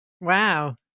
Wow